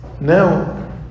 now